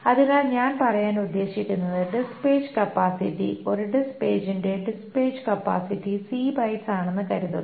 അതിനാൽ ഞാൻ പറയാൻ ഉദ്ദേശിക്കുന്നത് ഡിസ്ക് പേജ് കപ്പാസിറ്റി ഒരു ഡിസ്ക് പേജിന്റെ disk page capacity C bytes ആണെന്ന് കരുതുക